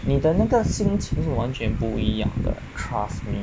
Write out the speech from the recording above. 你的那个心情是完全不一样的 trust me